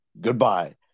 Goodbye